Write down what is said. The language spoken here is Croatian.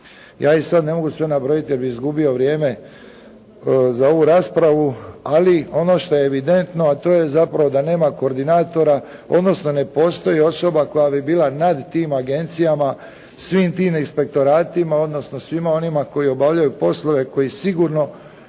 Ja ih sad ne mogu sve nabrojiti jer bih izgubio vrijeme za ovu raspravu, ali ono što je evidentno a to je zapravo da nema koordinatora odnosno ne postoji osoba koja bi bila nad tim agencijama, svim tim inspektoratima odnosno svima onima koji obavljaju poslove koji sigurno